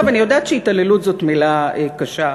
אני יודעת ש"התעללות" זאת מילה קשה,